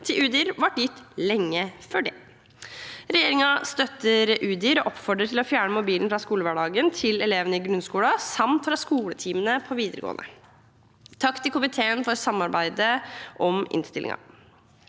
til Udir ble gitt lenge før det. Regjeringen støtter Udir og oppfordrer til å fjerne mobilen fra skolehverdagen til elevene i grunnskolen samt fra skoletimene på videregående. Takk til komiteen for samarbeidet om innstillingen.